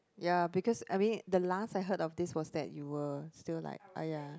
ya because I mean the last I heard of this was that you were still like !aiya!